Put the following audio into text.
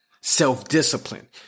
self-discipline